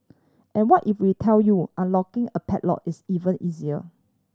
and what if we tell you unlocking a padlock is even easier